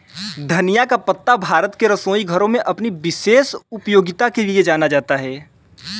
धनिया का पत्ता भारत के रसोई घरों में अपनी विशेष उपयोगिता के लिए जाना जाता है